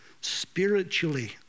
spiritually